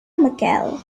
mccall